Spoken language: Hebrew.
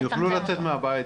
יוכלו לצאת מהבית,